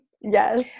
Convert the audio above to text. Yes